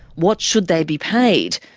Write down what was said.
what should they be paid?